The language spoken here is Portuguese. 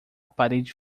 parede